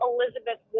Elizabeth